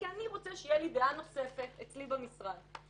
כי אני רוצה שתהיה דעה נוספת אצלי במשרד.